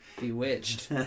Bewitched